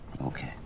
Okay